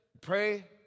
pray